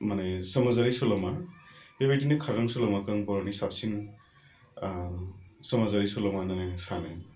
माने समाजारि सल'मा बेबायदिनो खारलुं सल'माखौ आं बर'नि साबसिन समाजारि सल'मा होन्नानै आं सानो